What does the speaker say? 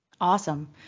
Awesome